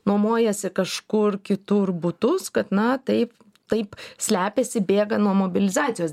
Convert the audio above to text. nuomojasi kažkur kitur butus kad na taip taip slepiasi bėga nuo mobilizacijos